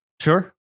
Sure